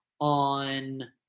on